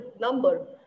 number